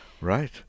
Right